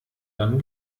dann